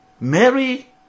Mary